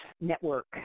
network